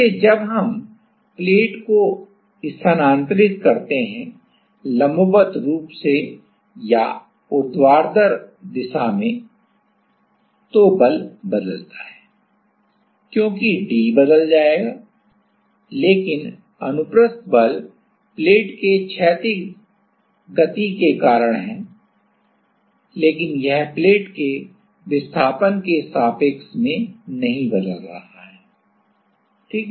इसलिए जब हम प्लेट को स्थानांतरित करते हैं लंबवत रूप से या ऊर्ध्वाधर दिशा में बल बदलता है क्योंकि d बदल जाएगा लेकिन अनुप्रस्थ बल प्लेट के क्षैतिज गति के कारण है लेकिन यह प्लेट के विस्थापन के सापेक्ष में नहीं बदल रहा है ठीक है